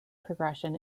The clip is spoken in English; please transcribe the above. progression